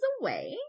away